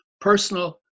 personal